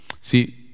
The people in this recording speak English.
See